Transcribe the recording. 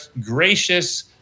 gracious